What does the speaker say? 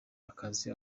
akazi